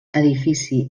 edifici